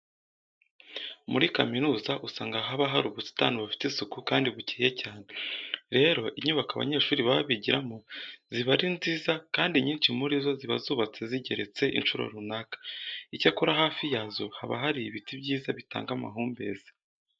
Muri kaminuza usanga haba harimo ubusitani bufite isuku kandi bukeye cyane. Rero inyubako abanyeshuri baba bigiramo ziba ari nziza kandi inyinshi muri zo ziba zubabate zigeretse incuro runaka. Icyakora hafi yazo haba hari ibiti byiza bitanga amahumbezi.